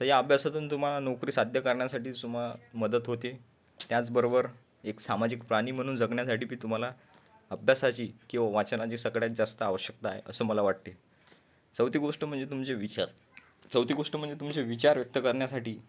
तर या अभ्यासातून तुम्हाला नोकरी साध्य करण्यासाठी सु म मदत होते आणि त्याचबरोबर एक सामाजिक प्राणी म्हणून जगण्यासाठीबी तुम्हाला अभ्यासाची किंवा वाचनाची सगळ्यात जास्त आवश्यकता आहे असं मला वाटते चौथी गोष्ट म्हणजे तुमचे विचार चौथी गोष्ट म्हणजे तुमचे विचार व्यक्त करण्यासाठी